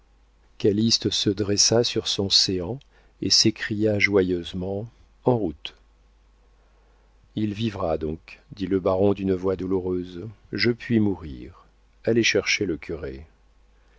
calyste se dressa sur son séant et s'écria joyeusement en route il vivra donc dit le baron d'une voix douloureuse je puis mourir allez chercher le curé